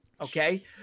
okay